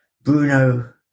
Bruno